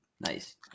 Nice